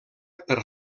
per